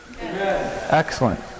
Excellent